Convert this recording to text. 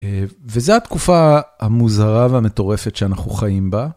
וזה התקופה המוזרה והמטורפת שאנחנו חיים בה.